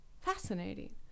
Fascinating